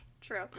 true